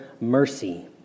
mercy